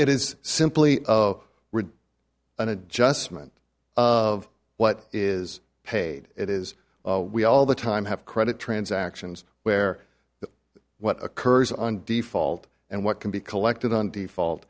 it is simply read an adjustment of what is paid it is we all the time have credit transactions where what occurs on default and what can be collected on default